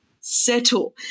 settle